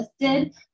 listed